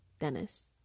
Dennis